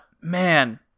man